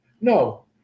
No